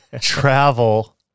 Travel